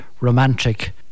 romantic